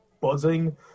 buzzing